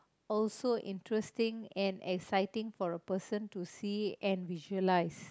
also interesting and exciting for the person to see it and visualise